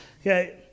Okay